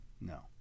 No